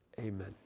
Amen